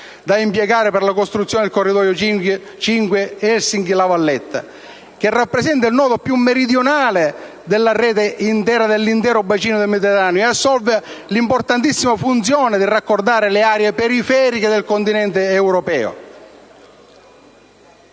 da impiegare per la costruzione del corridoio n. 5 (Helsinki-La Valletta), che rappresenta il nodo più meridionale della rete dell'intera area del bacino del Mediterraneo ed assolve l'importantissima funzione di raccordare aree periferiche del continente europeo;